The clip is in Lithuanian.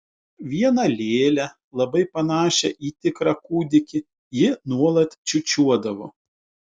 vieną lėlę labai panašią į tikrą kūdikį ji nuolat čiūčiuodavo